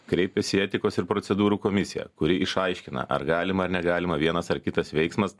kreipiasi į etikos ir procedūrų komisiją kuri išaiškina ar galima ar negalima vienas ar kitas veiksmas